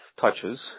touches